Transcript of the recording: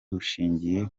bushingiye